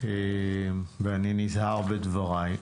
ואני נזהר בדבריי.